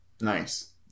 Nice